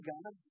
God